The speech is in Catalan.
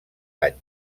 anys